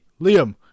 Liam